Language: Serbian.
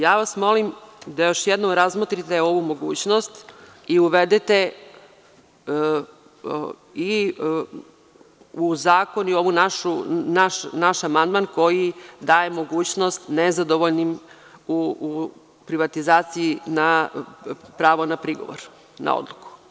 Ja vas molim da još jednom razmotrite ovu mogućnost i uvedete u zakon naš amandman koji daje mogućnost nezadovoljnima u privatizacijama pravo na prigovor na odluku.